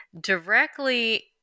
directly